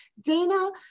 Dana